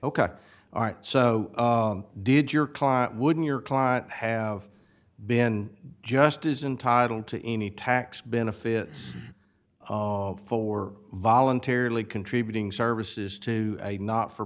ok all right so did your client wouldn't your client have been just isn't title to any tax benefit of four voluntarily contributing services to a not for